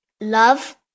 Love